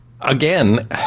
again